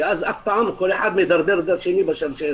שכל אחד מדרדר את השני בשרשרת.